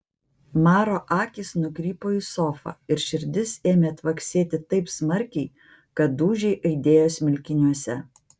maro akys nukrypo į sofą ir širdis ėmė tvaksėti taip smarkiai kad dūžiai aidėjo smilkiniuose